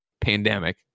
pandemic